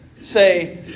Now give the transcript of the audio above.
say